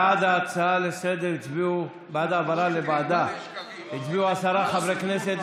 בעד העברה לוועדה הצביעו עשרה חברי כנסת,